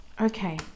Okay